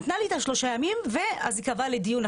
נתנה לי שלושה ימים, ואז היא קבעה לי דיון.